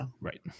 Right